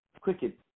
cricket